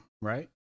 right